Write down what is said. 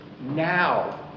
Now